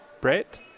Brett